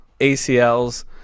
ACLs